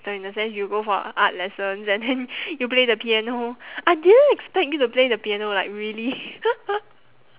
it's like in a sense you go for art lessons and then you play the piano I didn't expect you to play the piano like really